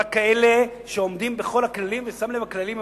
רק עבור אלה שעומדים בכל הכללים ושם לב לכללים המחמירים.